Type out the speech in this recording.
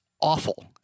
awful